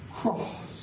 cross